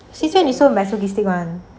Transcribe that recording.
they say it's so unrealistic [one]